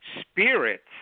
Spirits